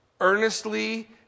earnestly